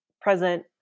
present